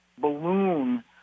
balloon